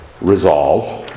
resolve